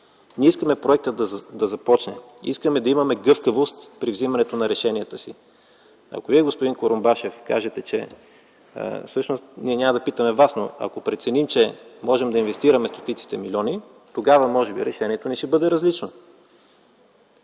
Ние искаме проекта да започне, искаме да имаме гъвкавост при вземането на решението си. Ако Вие, господин Курумбашев, кажете, но всъщност ние няма да питаме Вас, но ако преценим, че можем да инвестираме стотиците милиони, тогава може би решението ни ще бъде различно,